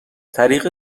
طریق